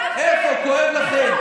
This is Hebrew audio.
איפה כואב לכם?